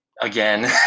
again